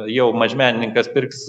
jau mažmenininkas pirks